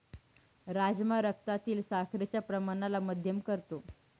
राजमा रक्तातील साखरेच्या प्रमाणाला मध्यम करतो